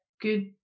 good